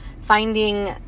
finding